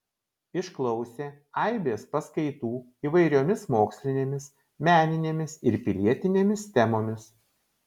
išklausė aibės paskaitų įvairiomis mokslinėmis meninėmis ir pilietinėmis temomis